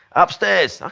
upstairs.